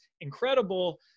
incredible